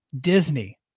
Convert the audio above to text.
Disney